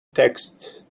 text